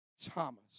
Thomas